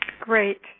Great